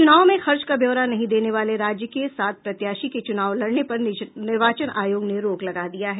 चुनाव में खर्च का ब्योरा नहीं देने वाले राज्य के सात प्रत्याशी के चुनाव लड़ने पर निर्वाचन आयोग ने रोक लगा दिया है